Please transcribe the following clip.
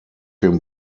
him